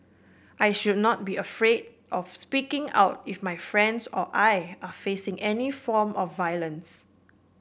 I should not be afraid of speaking out if my friends or I are facing any form of violence